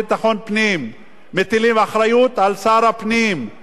מטילים אחריות על שר הפנים ועל שר האוצר.